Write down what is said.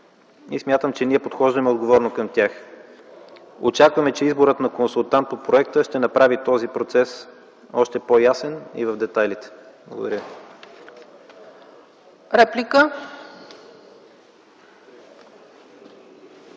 и смятам, че ние подхождаме отговорно към тях. Очакваме, че изборът на консултант по проекта ще направи този процес още по-ясен и в детайлите. Благодаря.